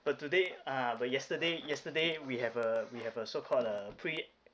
but today ah but yesterday yesterday we have a we have a so called a pre